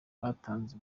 batanze